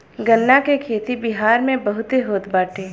गन्ना के खेती बिहार में बहुते होत बाटे